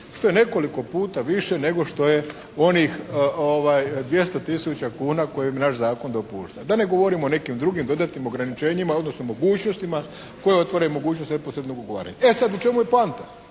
što je nekoliko puta više nego što je onih 200 tisuća kuna koji im naš Zakon dopušta da ne govorim o nekim drugim dodatnim ograničenjima, odnosno mogućnostima koja otvaraju mogućnosti neposrednog ugovaranja. E sad u čemu je poanta?